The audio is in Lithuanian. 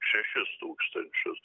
šešis tūkstančius